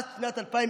עד שנת 2021,